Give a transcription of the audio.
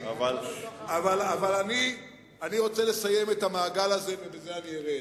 אבל אני רוצה לסיים את המעגל הזה, ובזה אני ארד.